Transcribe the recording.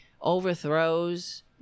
overthrows